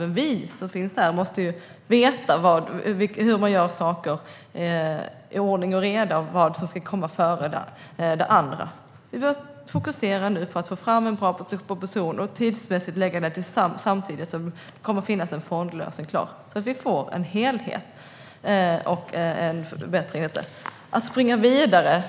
Men vi som finns här måste ju veta hur man gör saker i ordning och reda och vad som ska komma före det andra. Vi fokuserar nu på att få fram en bra proposition och tidsmässigt lägga detta samtidigt som det kommer att finnas en fondlösning klar så att vi får en helhet.